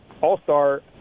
all-star